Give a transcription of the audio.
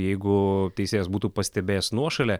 jeigu teisėjas būtų pastebėjęs nuošalę